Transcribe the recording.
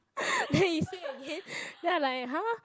then he say again then I like !huh!